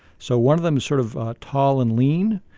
so one of them is sort of tall and lean.